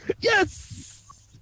yes